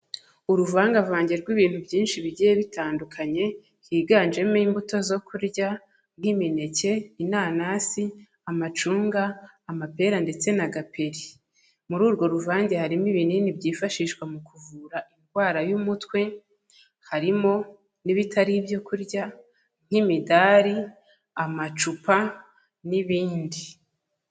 Uruvangavange rw'ibintu byinshi bigiye bitandukanye, higanjemo imbuto zo kurya, nk'imineke, inanasi, amacunga, amapera ndetse na gaperi. Muri urwo ruvange harimo ibinini byifashishwa mu kuvura indwara y'umutwe, harimo n'ibitari ibyo kurya nk'imidari, amacupa n'ibindi.